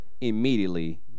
immediately